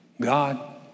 God